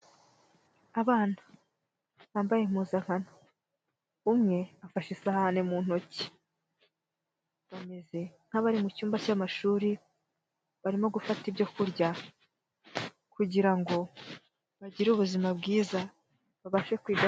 Abana, bambaye impuzankano, umwe afashe isahane mu ntoki, bameze nk'abari mu cyumba cy'amashuri, barimo gufata ibyo kurya, kugira ngo, bagire ubuzima bwiza, babashe kwiga.